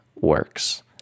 works